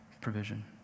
provision